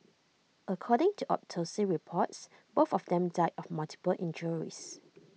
according to autopsy reports both of them died of multiple injuries